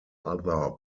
other